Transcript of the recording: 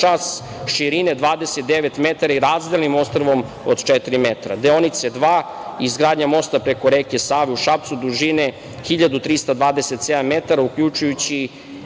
širine 29 metara i razdelnim ostrvom od četiri metra, deonice 2 – izgradnja mosta preko reke Save u Šapcu dužine 1327 metara uključujući